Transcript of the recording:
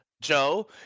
Joe